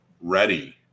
ready